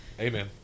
Amen